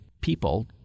people